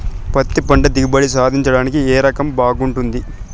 పత్తి పంట దిగుబడి సాధించడానికి ఏ రకం బాగుంటుంది?